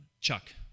Chuck